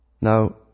Now